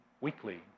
weekly